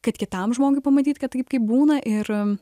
kad kitam žmogui pamatyt kad taip kaip būna ir